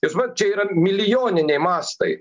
ir suprantat čia yra milijoniniai mastai